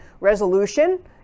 resolution